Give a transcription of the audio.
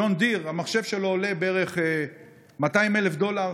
ג'ון דיר, המחשב שלו עולה בערך 200,000 דולר.